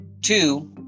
two